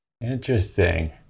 Interesting